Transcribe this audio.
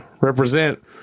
represent